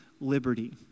liberty